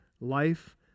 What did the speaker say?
life